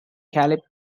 caliph